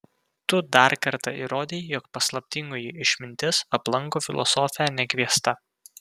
tu dar kartą įrodei jog paslaptingoji išmintis aplanko filosofę nekviesta